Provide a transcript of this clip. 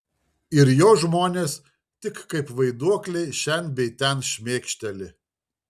ir jo žmonės tik kaip vaiduokliai šen bei ten šmėkšteli